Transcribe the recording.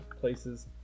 places